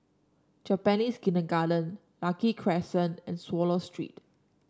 Japanese Kindergarten Lucky Crescent and Swallow Street